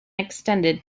extended